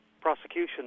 prosecution